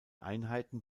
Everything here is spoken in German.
einheiten